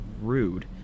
rude